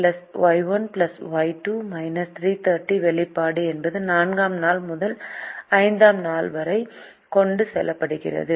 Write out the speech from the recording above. எனவே X1X2X3X4Y1Y 2−330 வெளிப்பாடு என்பது 4 ஆம் நாள் முதல் 5 ஆம் நாள் வரை கொண்டு செல்லப்படுகிறது